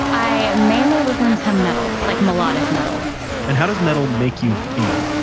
i mainly listen to um metal, like melodic metal and how does metal make you feel?